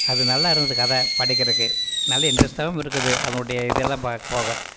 அது நல்லா இருந்தது கதை படிக்கிறக்கு நல்ல இன்ட்ரெஸ்ட்டாகவும் இருக்குது அதனுடைய இதெல்லாம் பார்க்க பார்க்க